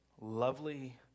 lovely